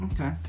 Okay